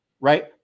right